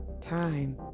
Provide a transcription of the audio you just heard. time